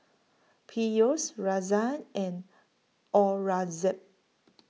Peyush Razia and Aurangzeb